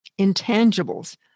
Intangibles